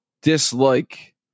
dislike